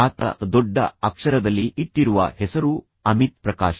ಆತ ದೊಡ್ಡ ಅಕ್ಷರದಲ್ಲಿ ಇಟ್ಟಿರುವ ಹೆಸರು ಅಮಿತ್ ಪ್ರಕಾಶ್